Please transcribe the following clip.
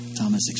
Thomas